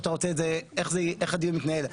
איך הדיון מתנהל,